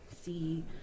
see –